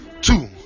two